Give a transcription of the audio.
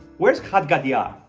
where's had gadya?